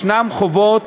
ישנם חובות